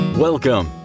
Welcome